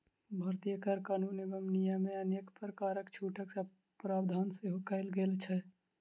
भारतीय कर कानून एवं नियममे अनेक प्रकारक छूटक प्रावधान सेहो कयल गेल छै